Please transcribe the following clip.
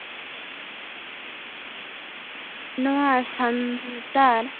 ᱱᱚᱣᱟ ᱥᱟᱱᱛᱟᱲ